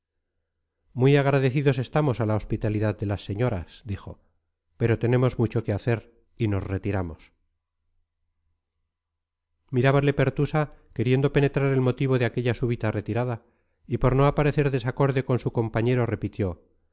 muy agradecidos estamos a la hospitalidad de las señoras dijo pero tenemos mucho que hacer y nos retiramos mirábale pertusa queriendo penetrar el motivo de aquella súbita retirada y por no aparecer desacorde con su compañero repitió